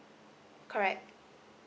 correct